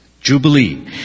jubilee